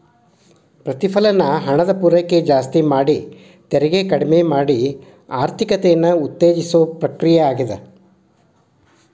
ಪ್ರತಿಫಲನ ಹಣದ ಪೂರೈಕೆ ಜಾಸ್ತಿ ಮಾಡಿ ತೆರಿಗೆ ಕಡ್ಮಿ ಮಾಡಿ ಆರ್ಥಿಕತೆನ ಉತ್ತೇಜಿಸೋ ಕ್ರಿಯೆ ಆಗ್ಯಾದ